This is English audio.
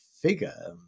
figure